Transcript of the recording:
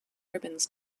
ribbons